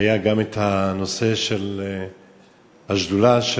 היה גם נושא השדולה,